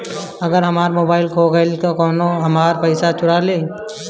अगर हमार मोबइल खो गईल तो कौनो और हमार पइसा चुरा लेइ?